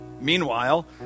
meanwhile